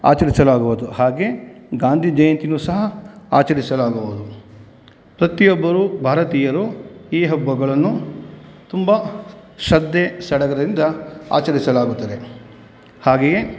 ಆಚರಿಸಲಾಗುವುದು ಹಾಗೇ ಗಾಂಧಿ ಜಯಂತಿನೂ ಸಹ ಆಚರಿಸಲಾಗುವುದು ಪ್ರತಿಯೊಬ್ಬರೂ ಭಾರತೀಯರು ಈ ಹಬ್ಬಗಳನ್ನು ತುಂಬ ಶ್ರದ್ಧೆ ಸಡಗರದಿಂದ ಆಚರಿಸಲಾಗುತ್ತದೆ ಹಾಗೆಯೇ